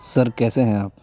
سر کیسے ہیں آپ